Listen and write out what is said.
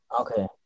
okay